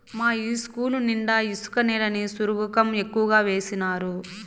మా ఇస్కూలు నిండా ఇసుక నేలని సరుగుకం ఎక్కువగా వేసినారు